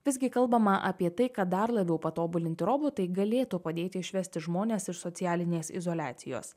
visgi kalbama apie tai kad dar labiau patobulinti robotai galėtų padėti išvesti žmones iš socialinės izoliacijos